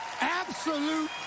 Absolute